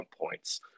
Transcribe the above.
points